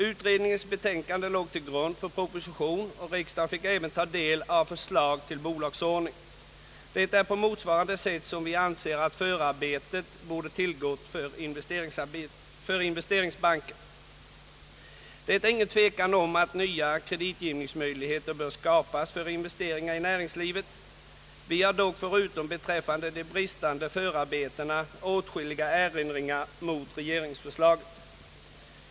Utredningens betänkande låg till grund för en proposition, och riksdagen fick även ta del av förslag till bolagsordning. Det är på motsvarande sätt som vi anser att förarbetet till investeringsbanken borde ha tillgått. Ingen tvekan kan råda om att nya kreditgivningsmöjligheter bör skapas för investeringar i näringslivet. Vi har dock åtskilliga erinringar mot regeringsförslaget, även bortsett från de bristande förarbetena.